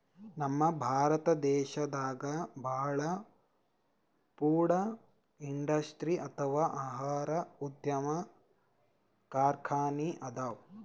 ನಮ್ ಭಾರತ್ ದೇಶದಾಗ ಭಾಳ್ ಫುಡ್ ಇಂಡಸ್ಟ್ರಿ ಅಥವಾ ಆಹಾರ ಉದ್ಯಮ್ ಕಾರ್ಖಾನಿ ಅದಾವ